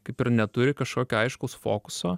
kaip ir neturi kažkokio aiškaus fokuso